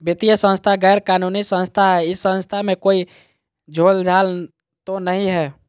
वित्तीय संस्था गैर कानूनी संस्था है इस संस्था में कोई झोलझाल तो नहीं है?